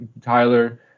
Tyler